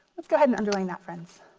let's go ahead and underline that friends.